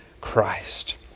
Christ